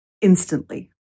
instantly